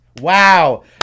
Wow